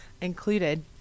included